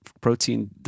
Protein